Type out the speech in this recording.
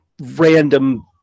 random